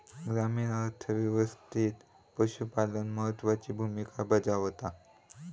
ग्रामीण अर्थ व्यवस्थेत पशुपालन महत्त्वाची भूमिका बजावता